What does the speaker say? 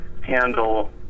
handle